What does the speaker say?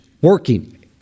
working